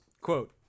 quote